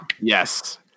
Yes